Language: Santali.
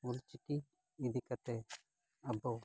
ᱚᱞᱪᱤᱠᱤ ᱤᱫᱤ ᱠᱟᱛᱮᱫ ᱟᱵᱚ